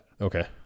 Okay